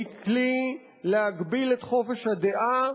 היא כלי להגביל את חופש הדעה,